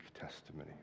testimony